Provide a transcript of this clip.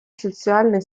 соціальний